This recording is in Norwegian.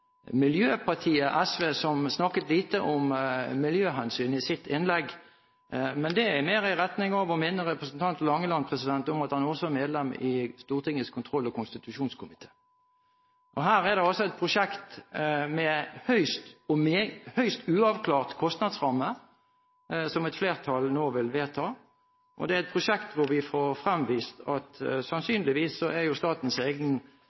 miljøpartiet SV, som snakket lite om miljøhensyn i sitt innlegg, men det er mer i retning av å minne representant Langeland om at han også er medlem i Stortingets kontroll- og konstitusjonskomité. Her er det et prosjekt med en høyst uavklart kostnadsramme som et flertall nå vil vedta. Det er et prosjekt hvor vi får fremvist at